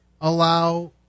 allow